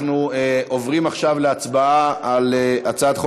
אנחנו עוברים עכשיו להצבעה על הצעת חוק